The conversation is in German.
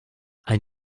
ein